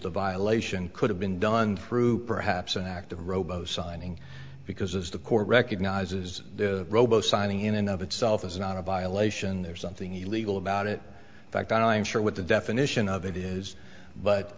the violation could have been done through perhaps an act of robo signing because as the court recognizes the robo signing in and of itself is not a violation there's something illegal about it fact i'm sure what the definition of it is but